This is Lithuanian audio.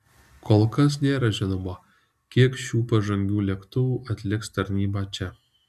kol kas nėra žinoma kiek šių pažangių lėktuvų atliks tarnybą čia